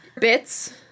Bits